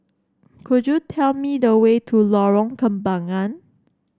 could you tell me the way to Lorong Kembangan